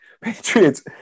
patriots